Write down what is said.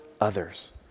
others